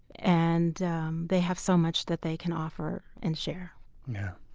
and um they have so much that they can offer and share yeah,